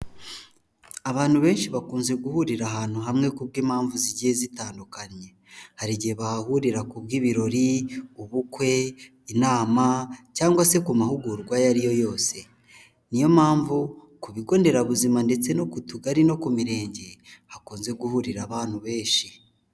Abantu benshi bakunze guhurira ahantu hamwe kubw'impamvu zigiye zitandukanye, hari igihe bahahurira ku bw'ibirori, ubukwe, inama, cyangwa se ku mahugurwa ayo ari yo yose, niyo mpamvu ku bigo nderabuzima, ndetse no ku tugari, no ku mirenge hakunze guhurira abantu benshi.